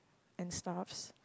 and stuffs